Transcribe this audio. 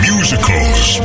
Musicals